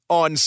on